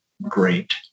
great